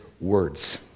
words